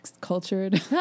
cultured